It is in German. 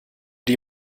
die